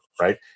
right